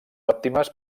òptimes